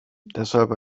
deshalb